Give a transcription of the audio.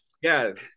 yes